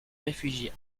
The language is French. réfugiés